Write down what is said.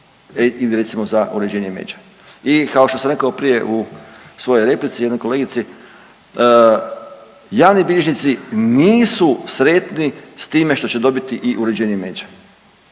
ili recimo za uređenje međe. I kao što sam rekao prije u svojoj replici jednoj kolegici javni bilježnici nisu sretni s time što će dobiti i uređenje međa,